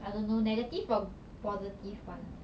I don't know negative or positive ones